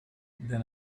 then